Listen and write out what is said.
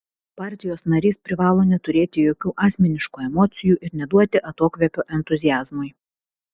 partijos narys privalo neturėti jokių asmeniškų emocijų ir neduoti atokvėpio entuziazmui